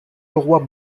leroy